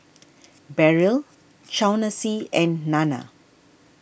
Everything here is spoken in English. Beryl Chauncy and Nana